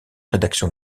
rédaction